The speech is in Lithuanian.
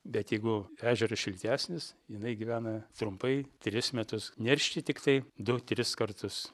bet jeigu ežeras šiltesnis jinai gyvena trumpai tris metus neršti tiktai du tris kartus